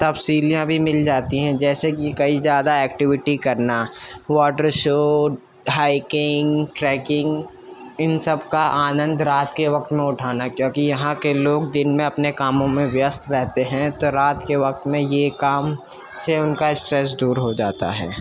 تفصیلیاں بھی مل جاتی ہیں جیسے کہ کئی زیادہ ایکٹیویٹی کرنا واٹر شو ہائیکنگ ٹریکنگ ان سب کا آنند رات کے وقت میں اٹھانا کیوںکہ یہاں کے لوگ دن میں اپنے کاموں میں ویئست رہتے ہیں تو رات کے وقت میں یہ کام سے ان کا اسٹریس دور ہو جاتا ہے